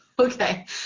Okay